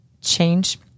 change